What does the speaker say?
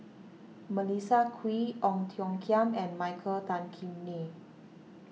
Melissa Kwee Ong Tiong Khiam and Michael Tan Kim Nei